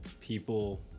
people